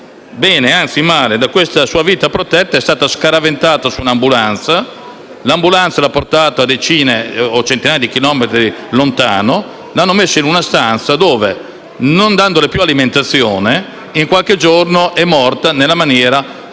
Bene, anzi male: da questa sua vita protetta è stata scaraventata su un'ambulanza che l'ha portata a centinaia di chilometri lontano: l'hanno messa in una stanza dove, non dandole più alimentazione, in qualche giorno è morta nella maniera